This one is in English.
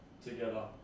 together